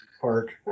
park